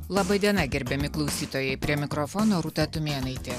laba diena gerbiami klausytojai prie mikrofono rūta tumėnaitė